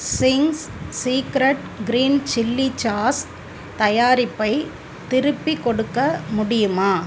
Ching's Secret green chilli sauce தயாரிப்பை திருப்பி கொடுக்க முடியுமா